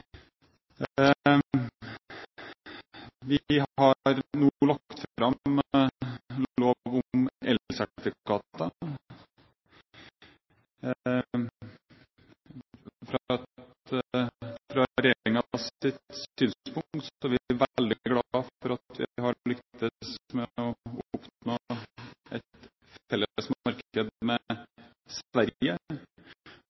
Vi har nå lagt fram lov om elsertifikater. Fra regjeringens synspunkt er vi veldig glad for at vi har lyktes med å oppnå et felles marked med